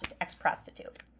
ex-prostitute